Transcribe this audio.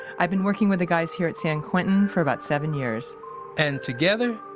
i've been working with the guys here at san quentin for about seven years and together,